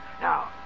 Now